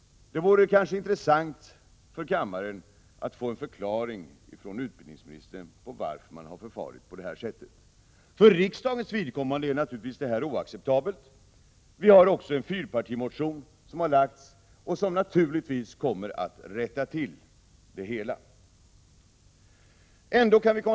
Det vore kanske intressant för kammaren att få en förklaring från utbildningsministern — varför man har förfarit på det sättet. Detta är naturligtvis oacceptabelt för riksdagens vidkommande. Det har lagts fram en fyrpartimotion, som naturligtvis kommer att rätta till det hela.